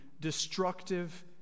destructive